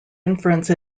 inference